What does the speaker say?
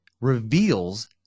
reveals